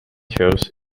shows